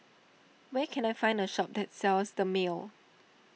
where can I find a shop that sells Dermale